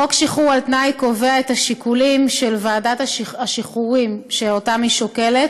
חוק שחרור על תנאי קובע את השיקולים של ועדת השחרורים שאותם היא שוקלת.